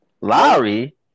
Lowry